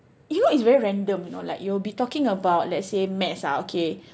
you know it's very random you know like you'll be talking about let's say maths ah okay